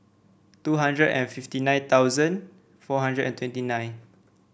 two hundred and fifty nine thousand four hundred and twenty nine